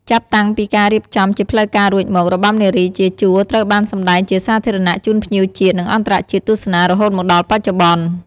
ចាប់តាំងពីការរៀបចំជាផ្លូវការរួចមក របាំនារីជាជួរត្រូវបានសម្តែងជាសាធារណៈជូនភ្ញៀវជាតិ និងអន្តរជាតិទស្សនារហូតមកដល់បច្ចុប្បន្ន។